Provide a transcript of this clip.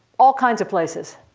all kinds of places.